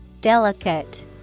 Delicate